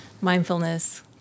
Mindfulness